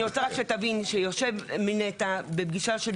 אני רוצה רק שתבין שיושב נציג של נת"ע בפגישה של